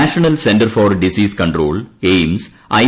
national centre for disease control AIIMS I